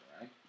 right